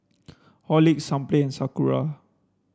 Horlicks Sunplay Sakura